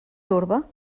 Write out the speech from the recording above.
torba